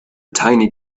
tiny